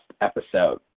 episode